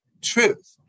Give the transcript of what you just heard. truth